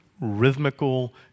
rhythmical